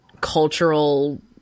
cultural